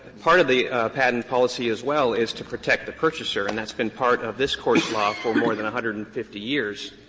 part of the patent policy as well is to protect the purchaser, and that's been part of this court's law for more than one hundred and fifty years.